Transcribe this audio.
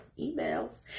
emails